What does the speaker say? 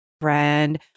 friend